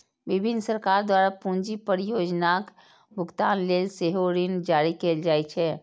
विभिन्न सरकार द्वारा पूंजी परियोजनाक भुगतान लेल सेहो ऋण जारी कैल जाइ छै